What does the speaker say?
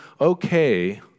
okay